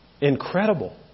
Incredible